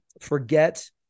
forget